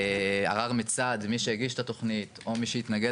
ערר מצד מי שהגיש את התוכנית או מי שהתנגד